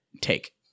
take